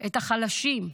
את החלשים,